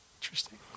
Interesting